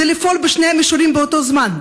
זה לפעול בשני המישורים באותו זמן.